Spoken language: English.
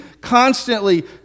constantly